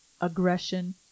aggression